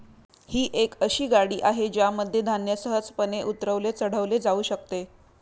ही एक अशी गाडी आहे ज्यामध्ये धान्य सहजपणे उतरवले चढवले जाऊ शकते